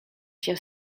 cię